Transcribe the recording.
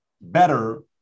better